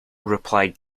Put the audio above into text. replied